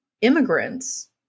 immigrants